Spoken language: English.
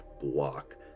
block